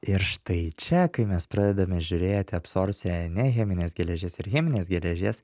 ir štai čia kai mes pradedame žiūrėti absorbciją ne cheminės geležies ir cheminės geležies